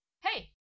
Hey